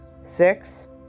Six